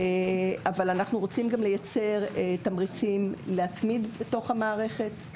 אבל אנחנו רוצים גם לייצר תמריצים להתמיד בתוך המערכת,